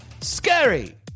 Scary